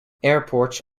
airports